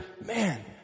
Man